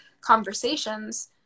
conversations